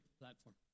platform